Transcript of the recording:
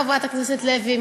חברת הכנסת לוי,